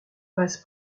passe